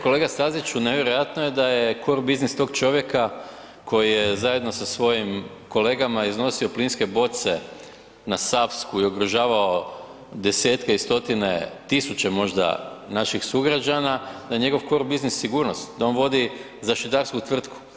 Kolega Staziću, nevjerojatno je da je core biznis tog čovjeka koji je zajedno sa svojim kolegama iznio plinske boce na Savsku i ugrožavao desetke i stotine tisuća možda naših sugrađana, da je njegov core biznis sigurnost, da on vodi zaštitarsku tvrtku.